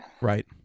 Right